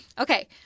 Okay